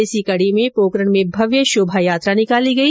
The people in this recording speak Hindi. इस कडी में पोकरण में भव्य शोभायात्रा निकाली गई